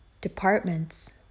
departments